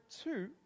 two